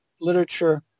literature